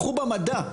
קחו במדע,